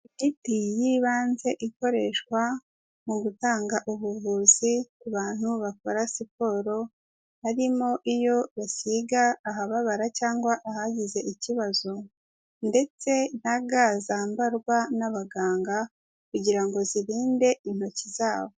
Imiti y'ibanze ikoreshwa mu gutanga ubuvuzi ku bantu bakora siporo harimo iyo basiga ahababara cyangwa ahagize ikibazo ndetse na ga zambarwa n'abaganga kugira ngo zirinde intoki zabo.